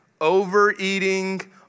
overeating